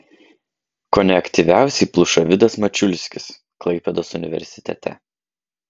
kone aktyviausiai pluša vidas mačiulskis klaipėdos universitete